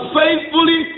faithfully